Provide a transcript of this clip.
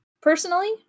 personally